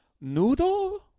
Noodle